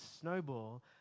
snowball